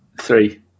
Three